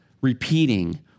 repeating